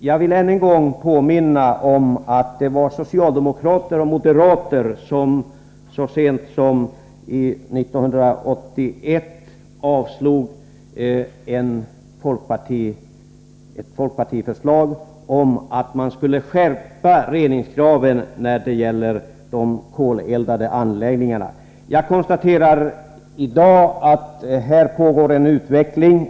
Jag vill än en gång påminna om att det var socialdemokrater och moderater som så sent som 1981 avslog ett folkpartiförslag om att man skulle skärpa reningskraven för de koleldade anläggningarna. Jag konstaterar i dag att här pågår en utveckling.